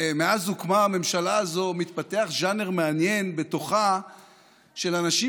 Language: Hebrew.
מאז הוקמה הממשלה הזאת מתפתח ז'אנר מעניין בתוכה של אנשים